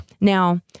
Now